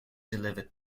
delivered